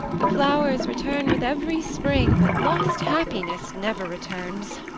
the flowers return with every spring, but lost happiness never returns.